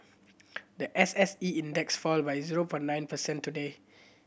the S S E Index fell by zero point nine percent today